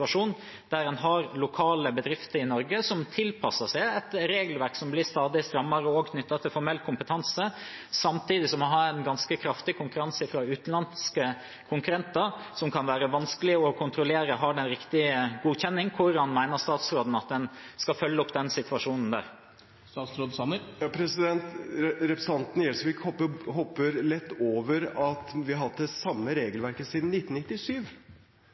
der lokale bedrifter i Norge tilpasser seg et regelverk som blir stadig strammere knyttet til formell kompetanse, samtidig som man har ganske kraftig konkurranse fra utenlandske konkurrenter, som det kan være vanskelig å kontrollere har den riktige godkjenningen. Hvordan mener statsråden at man skal følge opp den situasjonen? Representanten Gjelsvik hopper lett over at vi har hatt det samme regelverket siden 1997.